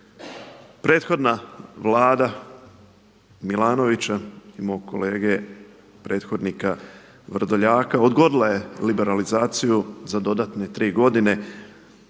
Prethodna Vlada Milanovića i mog kolege prethodnika Vrdoljaka, odgodila liberalizaciju za dodatne 3 godine.